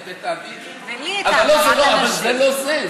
זה לא זה.